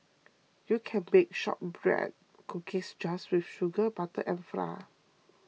you can bake Shortbread Cookies just with sugar butter and